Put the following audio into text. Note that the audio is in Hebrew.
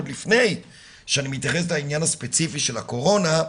עוד לפני שאני מתייחס לעניין הספציפי של הקורונה,